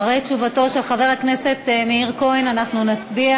אחרי תשובתו של חבר הכנסת מאיר כהן אנחנו נצביע.